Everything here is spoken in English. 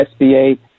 SBA